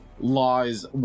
Lies